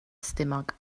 stumog